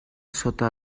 sota